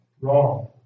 wrong